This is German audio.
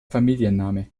familienname